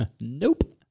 nope